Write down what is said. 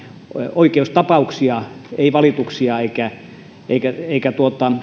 oikeustapauksia ei valituksia eikä